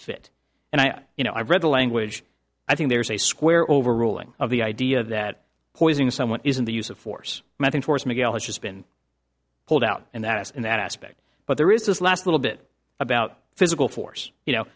fit and i you know i read the language i think there's a square overruling of the idea that poising someone is in the use of force meant in force miguel has been pulled out and that in that aspect but there is this last little bit about physical force you know